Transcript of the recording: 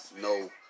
no